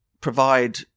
provide